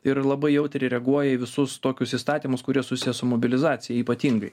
ir labai jautriai reaguoja į visus tokius įstatymus kurie susiję su mobilizacija ypatingai